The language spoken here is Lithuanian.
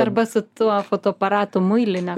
arba su tuo fotoaparatu muiline